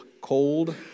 cold